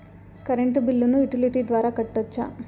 Current బిల్లును utility ద్వారా కట్టొచ్చా?